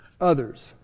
others